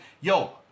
Yo